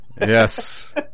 Yes